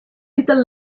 little